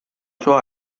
sua